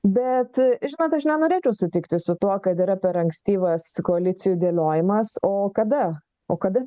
bet žinot aš nenorėčiau sutikti su tuo kad yra per ankstyvas koalicijų dėliojimas o kada o kada